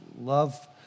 love